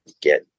get